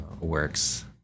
works